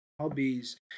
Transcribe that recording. hobbies